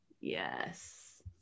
Yes